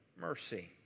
mercy